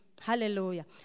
Hallelujah